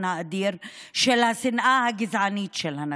האדיר של השנאה הגזענית של הנאציזם.